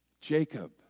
Jacob